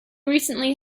recently